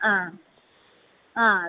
ആ ആ അതെ അതെ